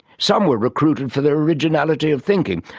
some were recruited for their originality of thinking,